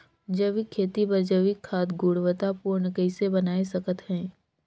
जैविक खेती बर जैविक खाद गुणवत्ता पूर्ण कइसे बनाय सकत हैं?